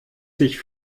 sich